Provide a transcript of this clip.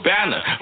Banner